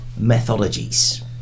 methodologies